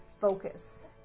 focus